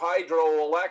hydroelectric